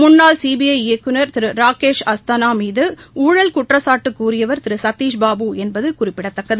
முன்னாள் சிபிஐ இயக்குநர் திரு ராகேஷ் அஸ்தானா மீது ஊழல் குற்றச்சாட்டு கூறியவர் திரு சதிஷ்பாபு என்பது குறிப்பிடத்தக்கது